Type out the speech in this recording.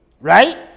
right